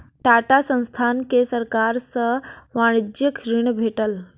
टाटा संस्थान के सरकार सॅ वाणिज्यिक ऋण भेटल